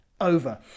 over